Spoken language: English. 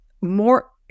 more